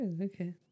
okay